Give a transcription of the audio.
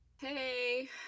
hey